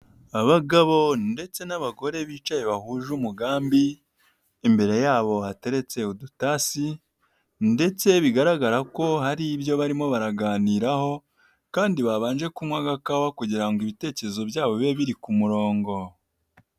Abagabo ndetse n'abagore bicaye bahuje umugambi, imbere yabo hateretse udutasi, ndetse bigaragara ko hari ibyo barimo baraganiraho, kandi babanje kunywa agakawa kugira ngo ibitekerezo byabo bibe biri ku murongo.